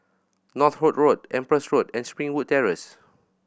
Northolt Road Empress Road and Springwood Terrace